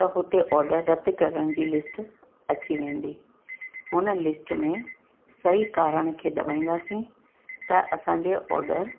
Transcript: त हुते ऑडर रद्द करण जी लिस्ट अची वेंदी हुन लिस्ट में सही कारण खे दबाईंदासीं त असांजे ऑडर